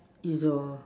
is door